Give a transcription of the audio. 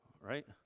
right